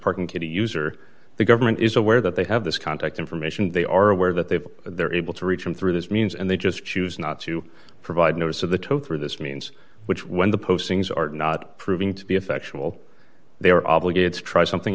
parking kitty user the government is aware that they have this contact information they are aware that they've they're able to reach him through his means and they just choose not to provide notice of the talk through this means which when the postings are not proving to be effectual they are obligated to try something